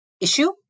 issue